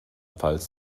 pfalz